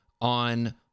on